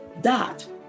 dot